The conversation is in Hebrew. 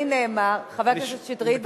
חבר הכנסת שטרית,